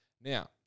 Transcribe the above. Now